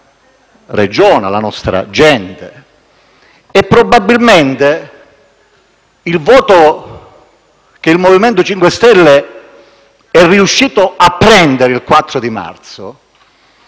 alla nostra Regione, alla nostra gente. Probabilmente il voto che il MoVimento 5 Stelle è riuscito a prendere il 4 marzo